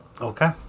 Okay